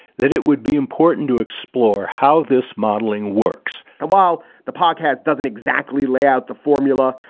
that it would be important to explore how this modeling works and while the podcast doesn't exactly lay out the formula,